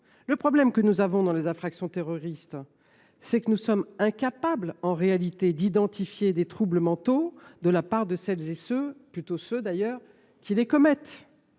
Le problème que nous avons, avec les infractions terroristes, c’est que nous sommes en réalité incapables d’identifier des troubles mentaux chez celles et ceux – plutôt ceux, d’ailleurs – qui les commettent.